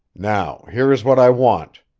now here is what i want,